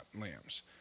lambs